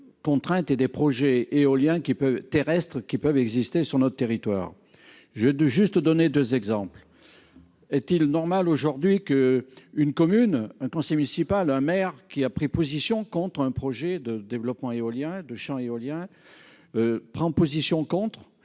contraintes et des projets éoliens qui peut terrestre qui peuvent exister sur notre territoire, je veux juste donner 2 exemples est il normal aujourd'hui que une commune, un conseil municipal, un maire qui a pris position contre un projet de développement éolien de champs éolien prend position contre